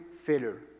failure